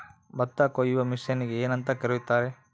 ಭತ್ತ ಕೊಯ್ಯುವ ಮಿಷನ್ನಿಗೆ ಏನಂತ ಕರೆಯುತ್ತಾರೆ?